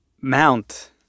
Mount